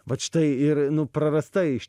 vat štai ir nu prarasta iš